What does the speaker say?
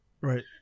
right